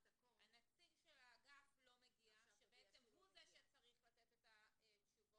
הנציג של האגף לא מגיע ובעצם הוא זה שצריך לתת את התשובות,